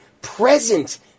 present